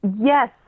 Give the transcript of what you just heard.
Yes